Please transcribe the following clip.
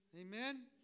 Amen